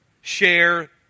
share